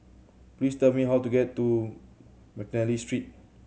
please tell me how to get to McNally Street